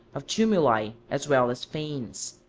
of tumuli as well as fanes.